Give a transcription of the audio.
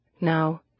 Now